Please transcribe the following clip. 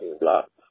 blocks